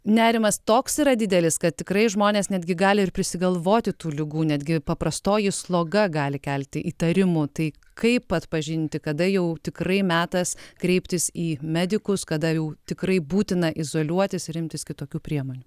nerimas toks yra didelis kad tikrai žmonės netgi gali ir prisigalvoti tų ligų netgi paprastoji sloga gali kelti įtarimų tai kaip atpažinti kada jau tikrai metas kreiptis į medikus kada jau tikrai būtina izoliuotis ir imtis kitokių priemonių